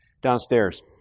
downstairs